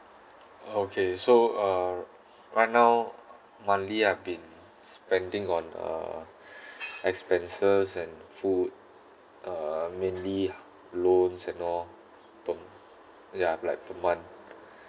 okay so uh right now monthly I've been spending on uh expenses and food uh mainly loans and all tong~ ya like per month